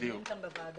דיברתם על זה בוועדה?